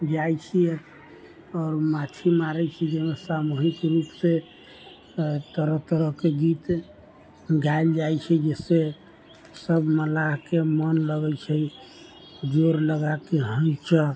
जाइ छियै आओर मच्छली मारै छी जैमे सामूहिक रूप से तरह तरह के गीत गायल जाइ छै जैसे सब मल्लाह के मोन लगै छै जोड़ लगा के हैयसा